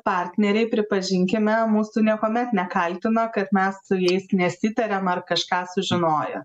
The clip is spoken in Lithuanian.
partneriai pripažinkime mūsų niekuomet nekaltino kad mes su jais nesitariam ar kažką sužinojo